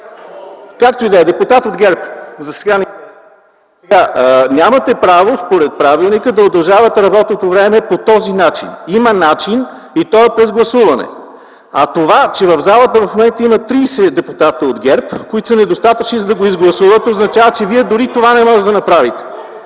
Както и да е – депутат от ГЕРБ, засега. Според правилника нямате право да удължавате работното време по този начин. Има начин и той е чрез гласуване. А това, че в залата в момента има 30 депутати от ГЕРБ, които са недостатъчни да го изгласуват, означава, че вие дори и това не може да направите.